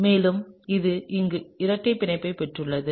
மேலும் இது இங்கே இரட்டை பிணைப்பைப் பெற்றுள்ளது